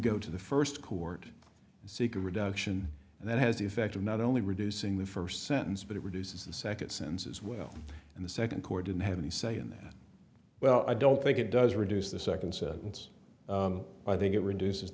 go to the first court you seek a reduction and that has the effect of not only reducing the first sentence but it reduces the second sentence as well and the second court didn't have any say in that well i don't think it does reduce the second sentence i think it reduces